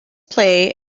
play